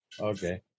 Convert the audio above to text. Okay